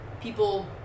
People